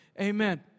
amen